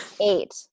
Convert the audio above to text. eight